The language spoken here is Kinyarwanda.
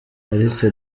alice